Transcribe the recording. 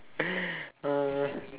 uh